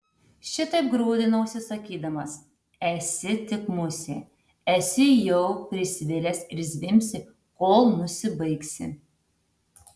šitaip grūdinausi sakydamas esi tik musė esi jau prisvilęs ir zvimbsi kol nusibaigsi